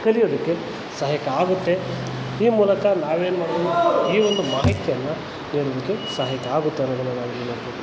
ಕಲಿಯೋದಕ್ಕೆ ಸಹಾಯಕ ಆಗುತ್ತೆ ಈ ಮೂಲಕ ನಾವೇನು ಮಾಡಬೇಕು ಈ ಒಂದು ಮಾಹಿತಿಯನ್ನು ನೀಡೋದಕ್ಕೆ ಸಹಾಯಕ ಆಗುತ್ತೆ ಅನ್ನೋದನ್ನು ನಾವಿಲ್ಲಿ ನೋಡ್ಬೋದು